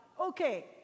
Okay